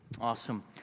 Awesome